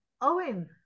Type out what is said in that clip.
Owen